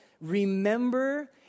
Remember